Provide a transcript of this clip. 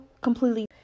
completely